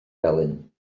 felyn